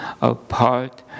apart